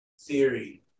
theory